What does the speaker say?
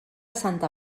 santa